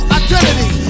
identity